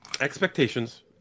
expectations